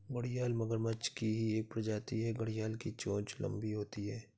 घड़ियाल मगरमच्छ की ही एक प्रजाति है घड़ियाल की चोंच लंबी होती है